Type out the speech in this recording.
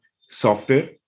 software